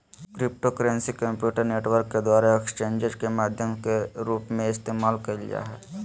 cryptocurrency computer network के द्वारा exchanges के माध्यम के रूप में इस्तेमाल कइल जा हइ